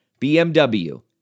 BMW